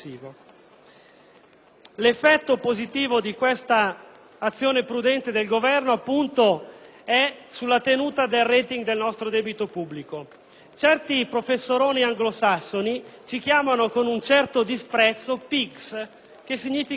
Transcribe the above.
L'effetto positivo di questa azione prudente del Governo si evidenzia con la tenuta del *rating* del nostro debito pubblico. Alcuni professoroni anglosassoni ci chiamano con un certo disprezzo "PIGS", parola che significa "maiali"